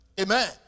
Amen